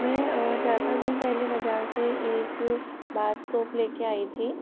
मैं चार पाँच दिन पहले बजार से एक बाथ सोप लेके आई थी